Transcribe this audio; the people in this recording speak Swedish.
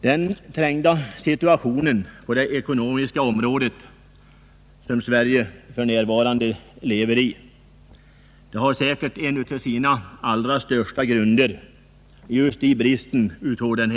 Den trängda situationen på det ekonomiska området i Sverige för närvarande har säkert till allra största delen orsakats av bristen på regional balans.